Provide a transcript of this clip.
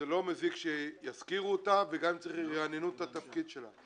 לא מזיק שיזכירו אותה, וגם ירעננו את התפקיד שלה.